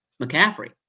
McCaffrey